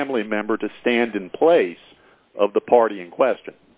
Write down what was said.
family member to stand in place of the party in question